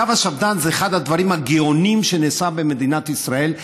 קו השפד"ן זה אחד הדברים הגאוניים שנעשו במדינת ישראל,